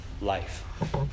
life